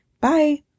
Bye